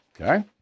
Okay